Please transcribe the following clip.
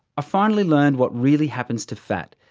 finally learned what really happens to fat,